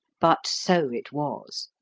but so it was.